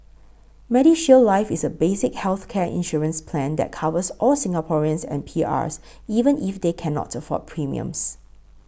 MediShield Life is a basic healthcare insurance plan that covers all Singaporeans and PRs even if they cannot afford premiums